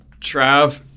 Trav